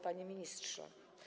Panie Ministrze!